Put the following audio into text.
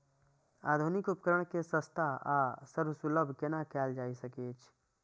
आधुनिक उपकण के सस्ता आर सर्वसुलभ केना कैयल जाए सकेछ?